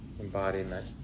embodiment